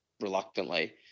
reluctantly